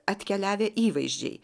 atkeliavę įvaizdžiai